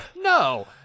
no